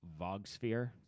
Vogsphere